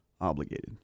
Obligated